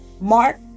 mark